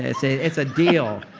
it's a it's a deal.